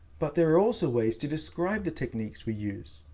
but there are also ways to describe the techniques we use.